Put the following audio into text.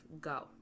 go